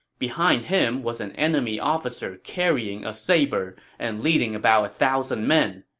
behind him was an enemy officer carrying a saber and leading about a thousand men.